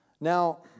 Now